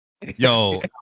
Yo